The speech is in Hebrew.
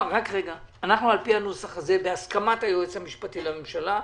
על פי נוסח זה, בהסכמת היועץ המשפטי לממשלה,